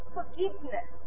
forgiveness